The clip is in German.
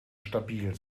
stabil